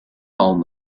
home